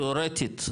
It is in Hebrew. תאורטית,